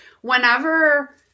whenever